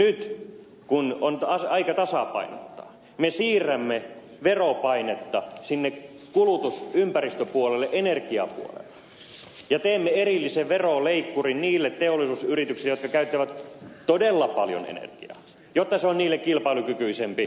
nyt kun on aika tasapainottaa me siirrämme veropainetta sinne kulutus ympäristöpuolelle energiapuolelle ja teemme erillisen veroleikkurin niille teollisuusyrityksille jotka käyttävät todella paljon energiaa jotta se on niille kilpailukykyisempi kuin muut